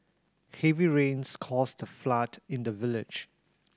heavy rains caused a flood in the village